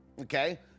okay